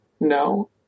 no